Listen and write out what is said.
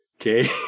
okay